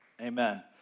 Amen